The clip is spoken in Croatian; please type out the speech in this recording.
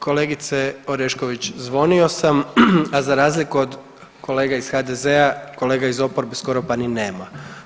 Kolegice Orešković zvonio sam, a za razliku od kolega iz HDZ-a kolega iz oporbe skoro pa ni nema.